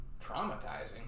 traumatizing